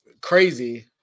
crazy